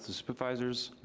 supervisors.